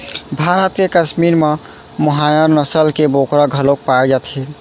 भारत के कस्मीर म मोहायर नसल के बोकरा घलोक पाए जाथे